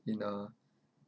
in a